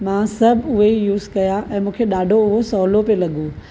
मां सभ उहे यूज़ कया ऐं मूंखे डा॒ढो उहो सवलो पियो लगो॒